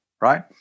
right